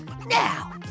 Now